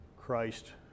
Christ